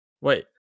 Wait